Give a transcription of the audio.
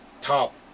top